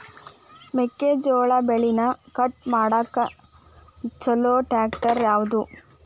ಮೆಕ್ಕೆ ಜೋಳ ಬೆಳಿನ ಕಟ್ ಮಾಡಾಕ್ ಛಲೋ ಟ್ರ್ಯಾಕ್ಟರ್ ಯಾವ್ದು?